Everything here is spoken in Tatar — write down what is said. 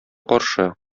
каршы